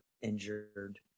injured